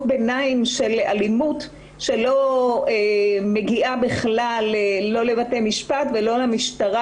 ביניים של אלימות שלא מגיעה לבתי משפט ולא למשטרה,